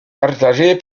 partagée